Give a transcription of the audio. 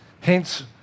hence